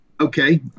Okay